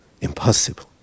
Impossible